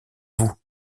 vous